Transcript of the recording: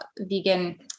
vegan